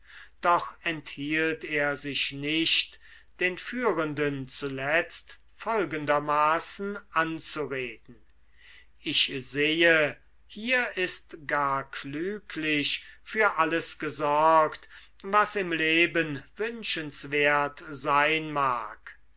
doch enthielt er sich nicht den führenden zuletzt folgendermaßen anzureden ich sehe hier ist gar klüglich für alles gesorgt was im leben wünschenswert sein mag